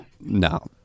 No